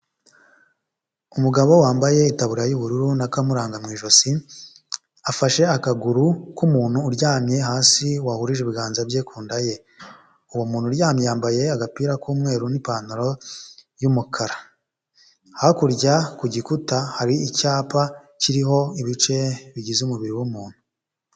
Umugabo wambaye itaburiya y'ubururu n'akamuranga mu ijosi, afashe akaguru k'umuntu uryamye hasi wahurije ibiganza bye ku nda ye. Uwo muntu uryamye yambaye agapira k'umweru n'ipantaro y'umukara. Hakurya ku gikuta hari icyapa kiriho ibice bigize umubiri w'umuntu.